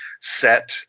set